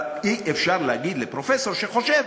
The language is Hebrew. אבל אי-אפשר להגיד לפרופסור שחושב